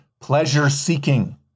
Pleasure-seeking